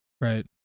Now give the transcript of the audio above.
right